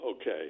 Okay